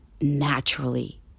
naturally